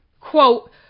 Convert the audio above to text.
quote